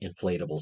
inflatables